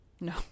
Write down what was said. No